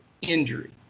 injury